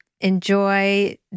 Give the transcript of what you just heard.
enjoy